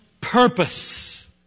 purpose